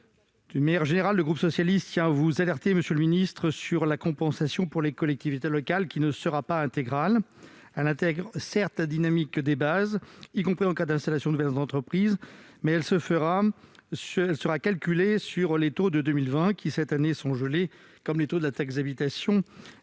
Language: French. milliard d'euros. Le groupe socialiste du Sénat tient à vous alerter, monsieur le ministre : la compensation pour les collectivités ne sera pas intégrale. Elle intègre, certes, la dynamique des bases, y compris en cas d'installation de nouvelles entreprises, mais elle sera calculée sur les taux de 2020, qui, cette année, sont gelés, comme les taux de la taxe d'habitation